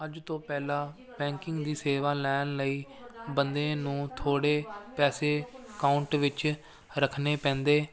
ਅੱਜ ਤੋਂ ਪਹਿਲਾਂ ਬੈਂਕਿੰਗ ਦੀ ਸੇਵਾ ਲੈਣ ਲਈ ਬੰਦੇ ਨੂੰ ਥੋੜ੍ਹੇ ਪੈਸੇ ਕਾਊਂਟ ਵਿੱਚ ਰੱਖਣੇ ਪੈਂਦੇ